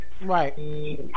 Right